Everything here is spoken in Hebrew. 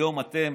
היום אתם